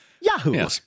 Yahoo